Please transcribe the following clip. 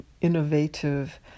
innovative